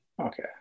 Okay